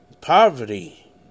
poverty